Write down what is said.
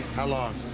island